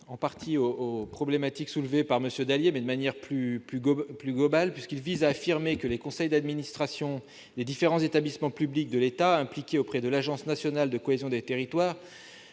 en partie aux problématiques soulevées par M. Dallier, mais de manière plus globale. Les conseils d'administration des différents établissements publics de l'État impliqués auprès de l'agence nationale de la cohésion des territoires